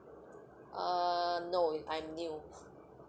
uh no I'm new